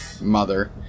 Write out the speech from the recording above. Mother